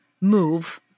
move